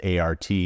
ART